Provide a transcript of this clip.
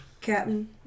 Captain